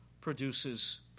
Produces